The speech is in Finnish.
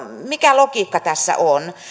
mikä logiikka tässä on